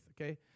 okay